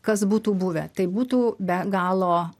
kas būtų buvę tai būtų be galo